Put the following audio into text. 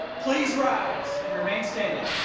please rise and remain standing.